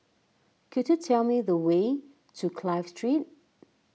could you tell me the way to Clive Street